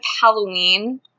Halloween